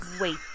wait